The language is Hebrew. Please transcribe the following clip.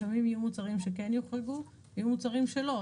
לפעמים יהיו מוצרים שכן יוחרגו ויהיו מוצרים שלא,